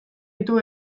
ditu